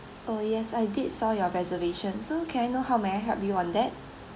oh yes I did saw your reservation so can I know how may I help you on that